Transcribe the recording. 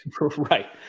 right